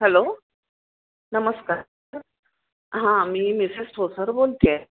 hello नमस्कार हां मी मिसेस ठोसर बोलते आहे